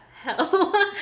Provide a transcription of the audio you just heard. hell